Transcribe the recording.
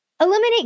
Eliminate